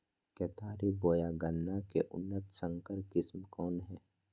केतारी बोया गन्ना के उन्नत संकर किस्म कौन है?